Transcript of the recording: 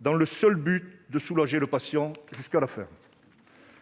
dans le seul objectif de soulager le patient jusqu'à la fin.